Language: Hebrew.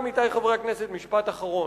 עמיתי חברי הכנסת, משפט אחרון: